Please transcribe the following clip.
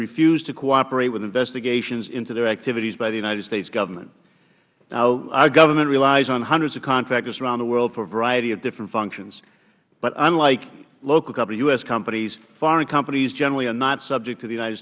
refuse to cooperate with investigations into their activities by the united states government now our government relies on hundreds of contractors around the world for a variety of different functions but unlike local u s companies foreign companies generally are not subject to the united